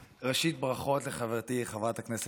ברכות לחברתי חברת הכנסת מאי גולן.